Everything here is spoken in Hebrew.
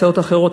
הצעות אחרות,